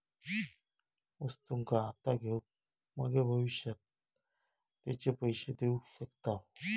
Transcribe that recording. वस्तुंका आता घेऊन मगे भविष्यात तेचे पैशे देऊ शकताव